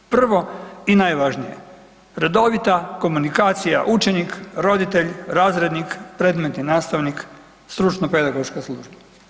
Prvo i najvažnije, redovita komunikacija učenik-roditelj-razrednik-predmetni nastavnik – stručno-pedagoška služba.